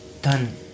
done